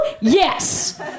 Yes